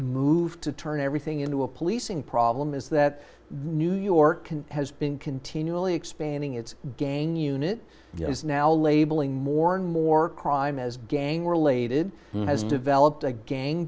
move to turn everything into a policing problem is that new york has been continually expanding its game in unit as now labeling more and more crime as gang related has developed a gang